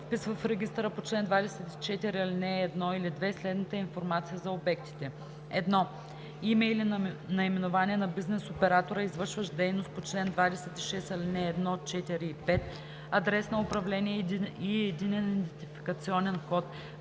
вписва в регистъра по чл. 24, ал. 1 или 2 следната информация за обектите: 1. име или наименование на бизнес оператора, извършващ дейност по чл. 26, ал. 1, 4 и 5, адрес на управление и единен идентификационен код